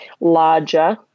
larger –